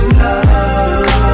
love